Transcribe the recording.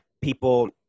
people